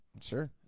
Sure